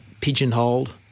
pigeonholed